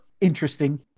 interesting